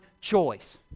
choice